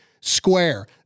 Square